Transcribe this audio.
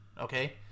okay